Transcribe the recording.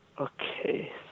Okay